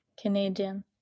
Canadian